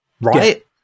Right